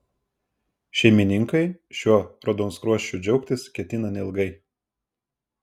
šeimininkai šiuo raudonskruosčiu džiaugtis ketina neilgai